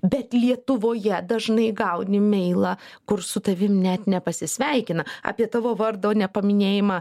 bet lietuvoje dažnai gauni meilą kur su tavim net nepasisveikina apie tavo vardo nepaminėjimą